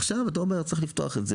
עכשיו אתה אומר שצריך לפתוח את זה